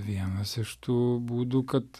vienas iš tų būdų kad